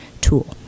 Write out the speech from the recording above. tool